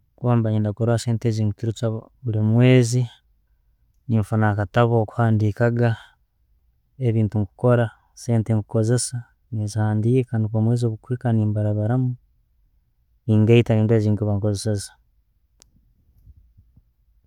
Kuba mbaire neyenda kumanya zente zenturukya bulimwezi nenfuna akatabu wokuhandikaga ebintu nkora, nezihandika nukwo omwezi bwegukwika, nembarabaramu neigaita nendora zenkuba nkozeseize.